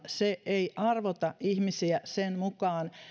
se ei arvota ihmisiä sen mukaan